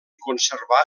conservar